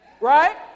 Right